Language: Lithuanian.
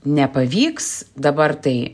nepavyks dabar tai